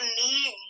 need